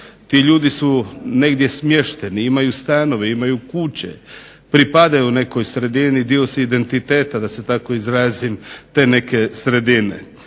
Ti ljudi su negdje smješteni, imaju stanove, imaju kuće, pripadaju nekoj sredini, dio su identiteta da se tako izrazim te neke sredine.